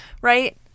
Right